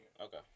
Okay